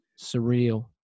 surreal